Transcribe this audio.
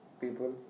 people